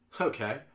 okay